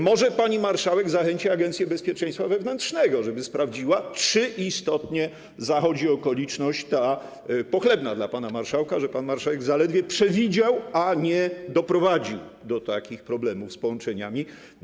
Może pani marszałek zachęci Agencję Bezpieczeństwa Wewnętrznego, żeby sprawdziła, czy istotnie zachodzi okoliczność, ta pochlebna dla pana marszałka, że pan marszałek zaledwie przewidział, a nie doprowadził do takich problemów z połączeniami.